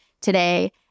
today